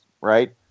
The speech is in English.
right